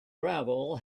gravel